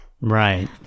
Right